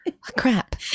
crap